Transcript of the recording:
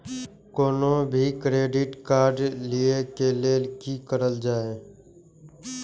कोनो भी credit card लिए के लेल की करल जाय?